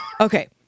Okay